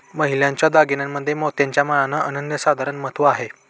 महिलांच्या दागिन्यांमध्ये मोत्याच्या माळांना अनन्यसाधारण महत्त्व आहे